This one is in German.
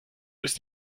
bist